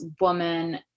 woman